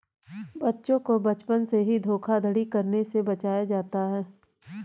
बच्चों को बचपन से ही धोखाधड़ी करने से बचाया जाता है